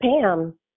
Pam